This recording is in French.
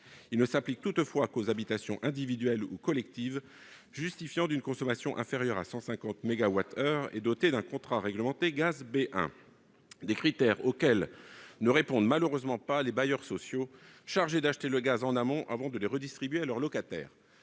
Il ne s'applique toutefois qu'aux habitations individuelles ou collectives justifiant d'une consommation inférieure à 150 mégawattheures et dotées d'un contrat réglementé gaz B1. Or ce sont des critères auxquels ne répondent malheureusement pas les bailleurs sociaux, chargés d'acheter le gaz en amont avant de le redistribuer à leurs locataires.